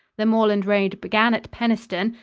the moorland road began at penistone,